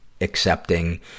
accepting